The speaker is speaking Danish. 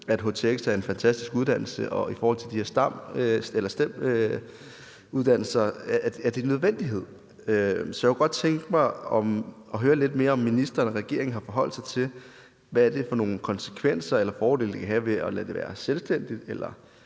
at htx er en fantastisk uddannelse, og i forhold til de her STEM-uddannelser er den en nødvendighed. Så jeg kunne godt tænke mig at høre lidt mere om, om ministeren og regeringen har forholdt sig til, hvad det er for nogle konsekvenser eller fordele, det kan have at lade det være selvstændigt